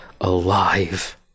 alive